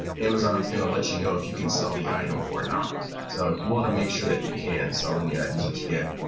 amazon's going to let you you know if you can sell the item or not. so you want to make sure that you can sell any items that you get.